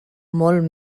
molt